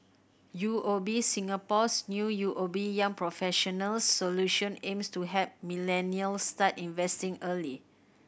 U O B Singapore's new U O B Young Professionals Solution aims to help millennials start investing early